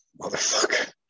motherfucker